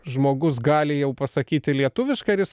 žmogus gali jau pasakyti lietuviškai ar jis